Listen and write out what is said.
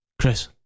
Chris